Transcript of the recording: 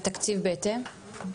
נעמה לזימי (יו"ר הוועדה המיוחדת לענייני צעירים): והתקציב בהתאם?